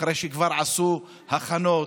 אחרי שכבר עשו הכנות